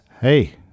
Hey